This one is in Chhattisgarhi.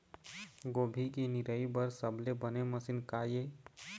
गोभी के निराई बर सबले बने मशीन का ये?